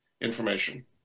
information